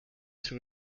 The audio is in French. sur